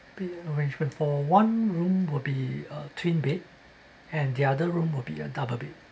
bed arrangement for one room will be a twin bed and the other room will be a double bed